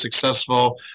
successful